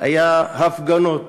היו הפגנות פה,